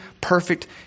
perfect